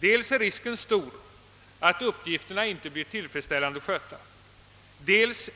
Dels är risken stor att uppgifterna inte blir tillfredsställande skötta, dels